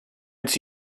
its